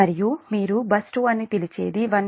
మరియు మీరు బస్ 2 అని పిలిచేది 1 p